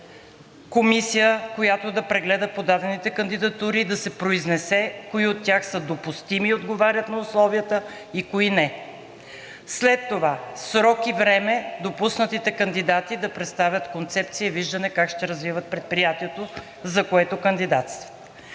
комисия, която да прегледа подадените кандидатури и да се произнесе кои от тях са допустими и отговарят на условията и кои не; след това срок и време допуснатите кандидати да представят концепция и виждане как ще развиват предприятието, за което кандидатстват;